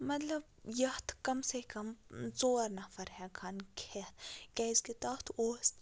مطلب یَتھ کَم سے کَم ژور نفر ہیٚکہٕ ہَن کھیٚتھ کیٛازِکہِ تَتھ اوس